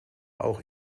auch